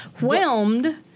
Whelmed